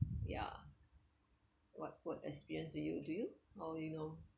ya what what experience do you do or you know